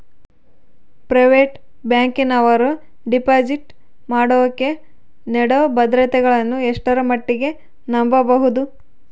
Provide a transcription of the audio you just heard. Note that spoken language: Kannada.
ಪ್ರೈವೇಟ್ ಬ್ಯಾಂಕಿನವರು ಡಿಪಾಸಿಟ್ ಮಾಡೋಕೆ ನೇಡೋ ಭದ್ರತೆಗಳನ್ನು ಎಷ್ಟರ ಮಟ್ಟಿಗೆ ನಂಬಬಹುದು?